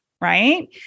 right